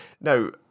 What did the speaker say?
no